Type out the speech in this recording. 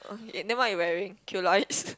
okay then what you wearing